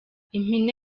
impine